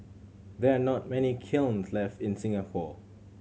there are not many kilns left in Singapore